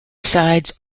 sides